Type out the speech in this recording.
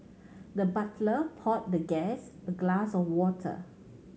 the butler poured the guest a glass of water